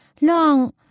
L'ong